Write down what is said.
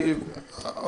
הנהלה.